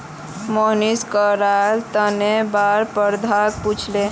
मोहनीश बकाया ऋनेर बार प्रबंधक पूछले